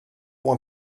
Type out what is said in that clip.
pour